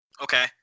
Okay